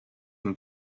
and